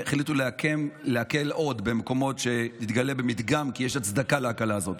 החליטו להקל עוד במקומות שבהם התגלה במדגם שיש הצדקה להקלה הזאת.